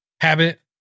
habit